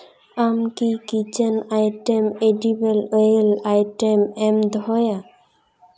ᱟᱢ ᱠᱤ kitchen item edible oil item ᱮᱢ ᱫᱚᱦᱚᱭᱟ